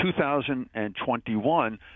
2021